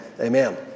Amen